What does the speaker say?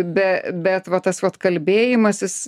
be bet va tas vat kalbėjimasis